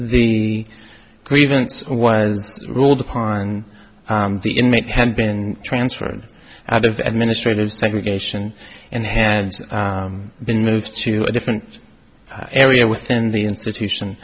the grievance was ruled upon the inmate had been transferred out of administrators segregation and had been moved to a different area within the institution